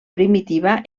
primitiva